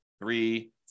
three